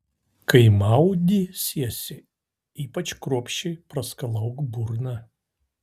kai maudysiesi ypač kruopščiai praskalauk burną